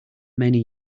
many